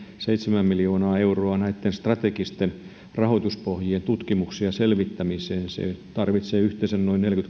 seitsemän miljoonaa euroa näitten strategisten rahoituspohjien tutkimukseen ja selvittämiseen se tarvitsee yhteensä noin